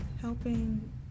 helping